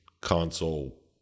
console